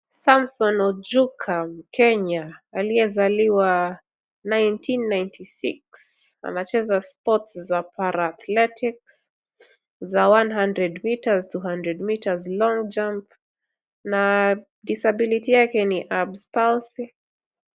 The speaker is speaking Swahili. Samson Ojuka, mkenya aliyezaliwa 1996 anacheza sports za para-athletics za one hundred metres, two hundred metres, long jump na disability yake ni Erbs Palsy .